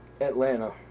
Atlanta